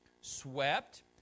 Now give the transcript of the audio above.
swept